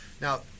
Now